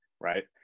right